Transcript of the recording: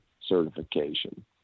certification